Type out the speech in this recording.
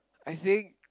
I think